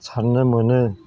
सारनो मोनो